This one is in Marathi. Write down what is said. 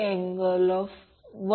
64 j 7